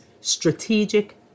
strategic